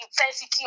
intensity